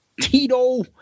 Tito